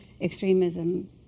extremism